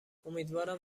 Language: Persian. امیدوارم